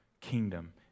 kingdom